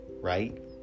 right